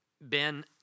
Ben